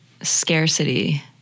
scarcity